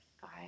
five